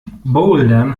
bouldern